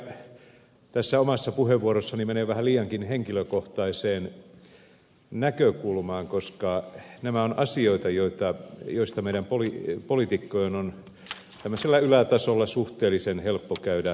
ehkä tässä omassa puheenvuorossani menen vähän liiankin henkilökohtaiseen näkökulmaan koska nämä ovat asioita joista meidän poliitikkojen on tämmöisellä ylätasolla suhteellisen helppo käydä keskustelua